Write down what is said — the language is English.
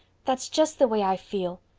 that's just the way i feel.